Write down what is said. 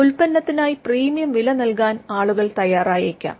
ഉൽപ്പന്നത്തിനായി premium വില നൽകാൻ ആളുകൾ തയ്യാറായേക്കാം